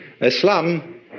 Islam